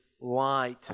light